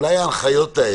אולי תשנו.